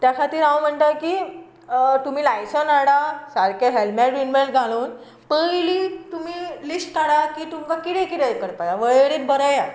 त्या खातीर हांव म्हणटा की तुमी लायसन्स हाडा सारके हॅल्मेट बिल्मेट घालून पयलीं तुमी लिस्ट काडा की तुमकां कितें कितें करपाक जाय वळेरेर बरयात